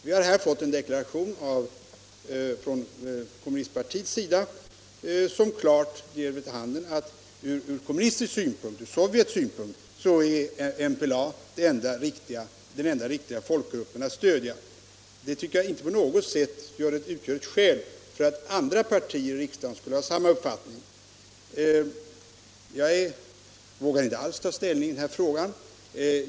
Vi har här fått en deklaration från kommunistiskt håll som klart ger vid handen att ur kommunistisk synpunkt, ur Sovjets synpunkt, är MPLA den enda riktiga folkliga rörelsen att stödja. Det tycker jag inte på något sätt utgör ett skäl för att andra partier i riksdagen skulle ha samma uppfattning. Jag vågar inte alls ta ställning i denna fråga.